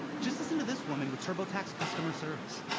just listen to this woman with turbotax customer service.